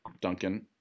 Duncan